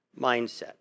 mindset